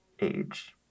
age